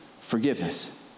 forgiveness